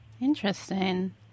Interesting